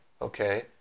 Okay